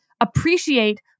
appreciate